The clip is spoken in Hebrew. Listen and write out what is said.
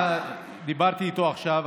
דיברתי איתו עכשיו,